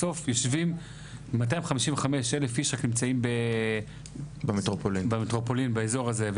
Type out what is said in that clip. בסוף יושבים 255,000 איש נמצאים במטרופולין באזור הזה.